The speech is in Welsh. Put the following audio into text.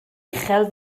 uchel